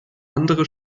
andere